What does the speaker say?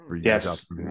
yes